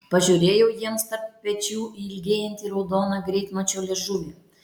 pažiūrėjau jiems tarp pečių į ilgėjantį raudoną greitmačio liežuvį